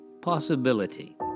possibility